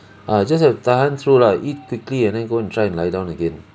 ah just have tahan through lah eat quickly and then go and try and lie down again